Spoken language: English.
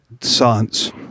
science